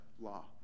law